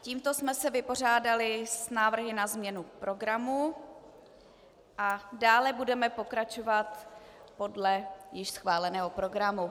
Tímto jsme se vypořádali s návrhy na změnu programu a dále budeme pokračovat podle již schváleného programu.